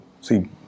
see